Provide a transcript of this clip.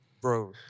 bro